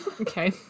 Okay